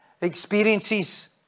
experiences